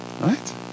Right